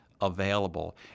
available